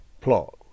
plot